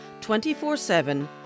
24-7